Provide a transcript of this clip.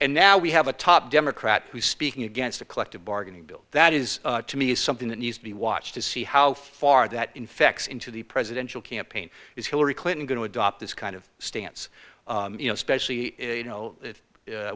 and now we have a top democrat who is speaking against a collective bargaining bill that is to me is something that needs to be watched to see how far that infects into the presidential campaign is hillary clinton going to adopt this kind of stance you know specially you know